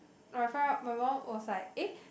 my fr~ my mum was like eh